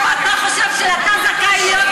אתה לא יודע מה זה לחיות תחת אפרטהייד.